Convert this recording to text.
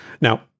Now